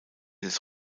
des